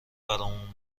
برامون